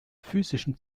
physischen